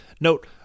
Note